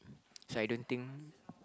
so I don't think